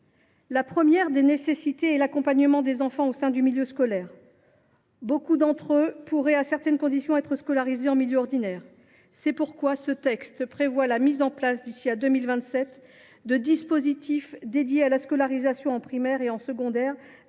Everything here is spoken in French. La première des nécessités est d’accompagner les enfants au sein du milieu scolaire. Beaucoup d’entre eux pourraient, sous certaines conditions, être scolarisés en milieu ordinaire. C’est pourquoi ce texte prévoit la mise en place, d’ici à 2027, de dispositifs consacrés à la scolarisation en primaire et en secondaire